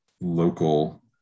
local